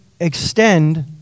extend